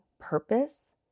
purpose